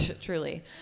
Truly